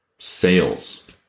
Sales